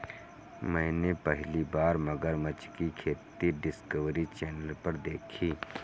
मैंने पहली बार मगरमच्छ की खेती डिस्कवरी चैनल पर देखी